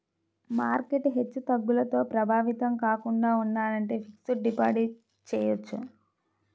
market హెచ్చుతగ్గులతో ప్రభావితం కాకుండా ఉండాలంటే ఫిక్స్డ్ డిపాజిట్ చెయ్యొచ్చు